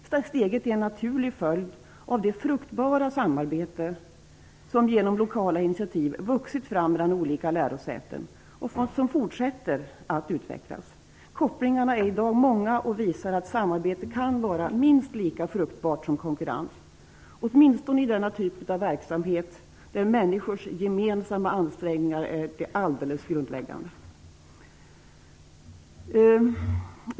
Det här steget är en naturlig följd av att det fruktbara samarbete som genom lokala initiativ vuxit fram mellan olika lärosäten och som fortsätter att utvecklas. Kopplingarna är i dag många och visar att samarbete kan vara minst lika fruktbart som konkurrens, åtminstone i denna typ av verksamhet där människors gemensamma ansträngningar är det alldeles grundläggande.